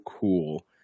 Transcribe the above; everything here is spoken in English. cool